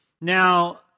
Now